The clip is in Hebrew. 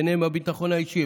ובהם הביטחון האישי,